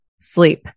sleep